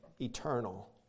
eternal